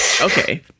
Okay